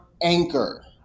Anchor